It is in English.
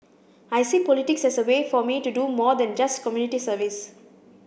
I see politics as a way for me to do more than just community service